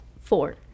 Four